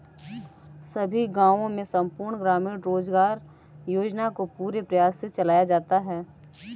सभी गांवों में संपूर्ण ग्रामीण रोजगार योजना को पूरे प्रयास से चलाया जाता है